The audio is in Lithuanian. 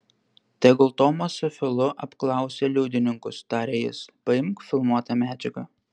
tegul tomas su filu apklausia liudininkus tarė jis paimk filmuotą medžiagą